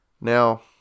Now